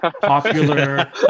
popular